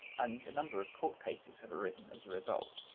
and a number of court cases have arisen as a result.